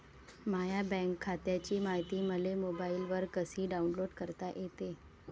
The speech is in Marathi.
माह्या बँक खात्याची मायती मले मोबाईलवर कसी डाऊनलोड करता येते?